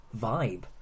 vibe